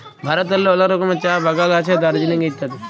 ভারতেল্লে অলেক রকমের চাঁ বাগাল আছে দার্জিলিংয়ে ইত্যাদি